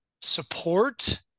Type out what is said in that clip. support